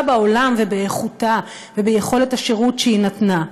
בעולם באיכותה וביכולת השירות שהיא נתנה.